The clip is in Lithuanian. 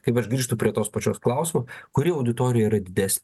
kaip aš grįžtu prie tos pačios klausimo kuri auditorija yra didesnė